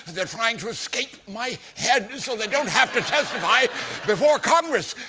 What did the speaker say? they're trying to escape my head so they don't have to testify before congress.